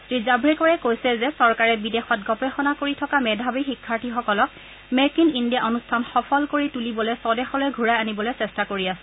শ্ৰী জাভ্ৰেকাৰে কৈছে যে চৰকাৰে বিদেশত গৱেষণা কৰি থকা মেধাবী শিক্ষাৰ্থীসকলক মেক ইন ইণ্ডিয়া অনুষ্ঠান সফল কৰি তুলিবলৈ স্বদেশলৈ ঘূৰাই আনিবলৈ চেষ্টা কৰি আছে